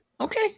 Okay